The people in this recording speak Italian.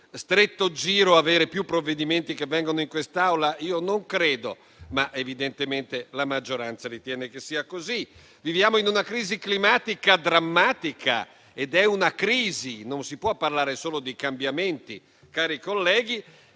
stretto giro avere più provvedimenti che arrivano all'esame di quest'Aula? Io non credo, ma evidentemente la maggioranza ritiene che sia così. Viviamo in una crisi climatica drammatica - ed è una crisi, non si può parlare solo di cambiamenti, cari colleghi